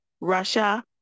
Russia